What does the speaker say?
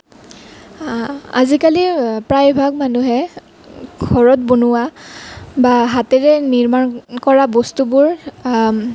আজিকালি প্ৰায়ভাগ মানুহে ঘৰত বনোৱা বা হাতেৰে নিৰ্মাণ কৰা বস্তুবোৰ